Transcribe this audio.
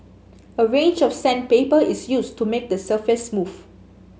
a range of sandpaper is used to make the surface smooth